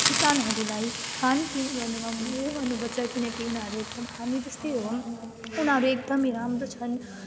किसानहरूलाई खानपिन गर्नुमा उयो गर्नुपर्छ किनकि उनीहरू एकदम हामी जस्तै हो उनीहरू एकदमै राम्रो छन्